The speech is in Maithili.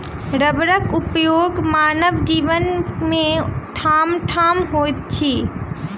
रबरक उपयोग मानव जीवन मे ठामठाम होइत छै